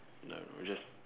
no we just